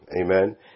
Amen